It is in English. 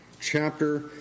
chapter